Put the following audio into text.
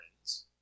friends